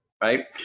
Right